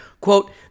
quote